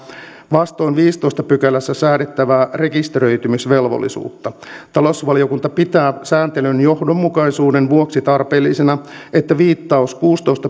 vastoin viidennessätoista pykälässä säädettävää rekisteröitymisvelvollisuutta talousvaliokunta pitää sääntelyn johdonmukaisuuden vuoksi tarpeellisena että viittaus kuudennentoista